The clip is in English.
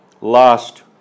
last